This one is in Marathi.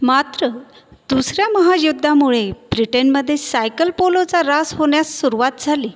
मात्र दुसऱ्या महायुद्धामुळे ब्रिटनमध्ये सायकल पोलोचा ऱ्हास होण्यास सुरुवात झाली